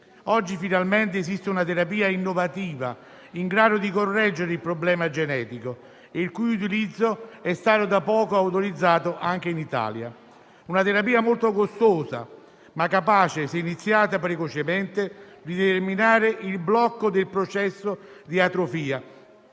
Oggi, finalmente, esiste una terapia innovativa in grado di correggere il problema genetico e il cui utilizzo è stato da poco autorizzato anche in Italia. Una terapia molto costosa, ma capace, se iniziata precocemente, di determinare il blocco del processo di atrofia,